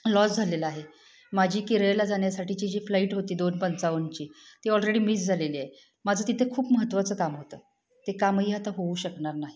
loss झालेला आहे माझी केरळला जाण्यासाठीची जी फ्लाईट होती दोन पंचावनची ती ऑलरेडी मिस झालेली आहे माझं तिथे खूप महत्त्वाचं काम होतं ते कामही आता होऊ शकणार नाही